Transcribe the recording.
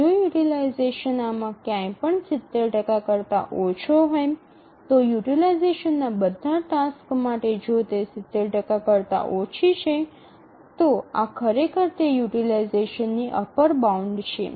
જો યુટીલાઈઝેશન આમાં ક્યાંય પણ ૭૦ કરતા ઓછો હોય તો યુટીલાઈઝેશનના બધા ટાસક્સ માટે જો તે ૭૦ કરતા ઓછી છે આ ખરેખર તે યુટીલાઈઝેશનની અપર બાઉન્ડ છે